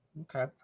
Okay